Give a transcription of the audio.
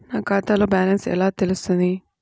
నా ఖాతాలో బ్యాలెన్స్ ఎలా తెలుస్తుంది?